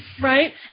Right